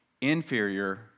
inferior